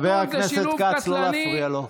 חבר הכנסת כץ, לא להפריע לו.